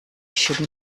should